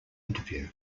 interview